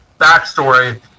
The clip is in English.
backstory